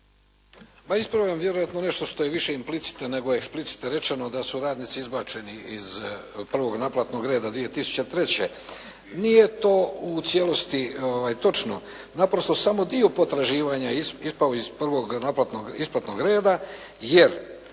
ispravio bih vjerojatno nešto što je više implicite nego explicite rečeno da su radnici izbačeni iz prvog naplatnog reda 2003. Nije to u cijelosti točno. Naprosto samo dio potraživanja ispao je iz prvog naplatnog,